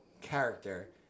character